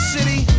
City